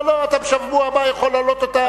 לא, לא, בשבוע הבא אתה יכול להעלות אותה כהרף עין.